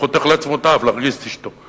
חותך לעצמו את האף כדי להרגיז את אשתו.